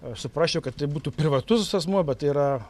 aš suprasčiau kad tai būtų privatus asmuo bet yra